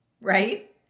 right